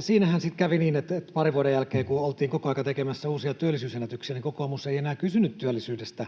Siinähän sitten kävi niin, että parin vuoden jälkeen, kun oltiin koko aika tekemässä uusia työllisyysennätyksiä, kokoomus ei enää kysynyt työllisyydestä